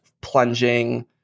plunging